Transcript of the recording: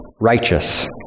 righteous